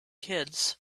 kids